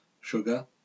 sugar